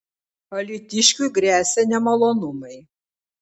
alytiškiui gresia nemalonumai